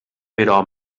però